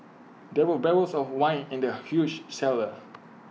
there were barrels of wine in the huge cellar